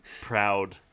proud